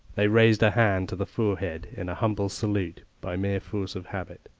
they raised a hand to the forehead in a humble salute by mere force of habit.